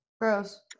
Gross